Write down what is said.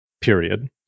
period